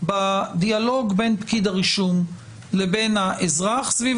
בדיאלוג בין פקיד הרישום לבין האזרח סביב